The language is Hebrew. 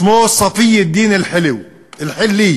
שמו סאפי אל-דין אל-חילי.